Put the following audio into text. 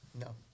No